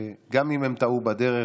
גם אם הם טעו בדרך.